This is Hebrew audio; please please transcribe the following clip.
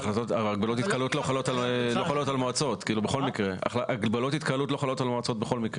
הגבלות על התקהלות בכל מקרה לא חלות על מועצות.